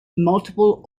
multiple